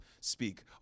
speak